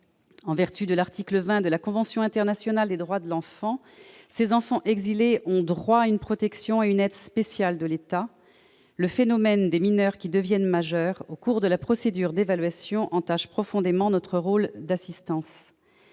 En vertu de l'article 20 de la convention internationale relative aux droits de l'enfant, ces enfants exilés ont « droit à une protection et une aide spéciales de l'État. » Le phénomène des mineurs qui deviennent majeurs au cours de la procédure d'évaluation entache profondément notre rôle d'assistance.